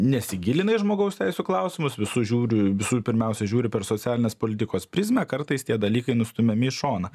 nesigilina į žmogaus teisių klausimus visus žiūriu visų pirmiausia žiūri per socialinės politikos prizmę kartais tie dalykai nustumiami į šoną